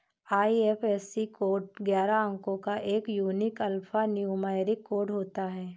IFSC code ग्यारह अंको का एक यूनिक अल्फान्यूमैरिक कोड होता है